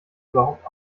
überhaupt